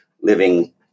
living